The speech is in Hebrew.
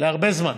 להרבה זמן.